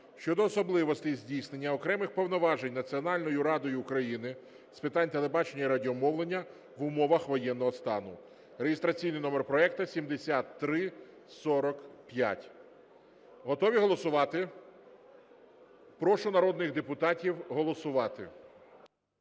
щодо особливостей здійснення окремих повноважень Національною радою України з питань телебачення і радіомовлення в умовах воєнного стану (реєстраційний номер проекту 7345). Готові голосувати? Прошу народних депутатів голосувати.